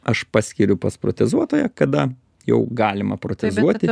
aš paskiriu pas protezuotoją kada jau galima protezuoti